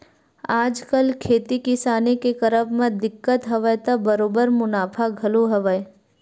आजकल खेती किसानी के करब म दिक्कत हवय त बरोबर मुनाफा घलो हवय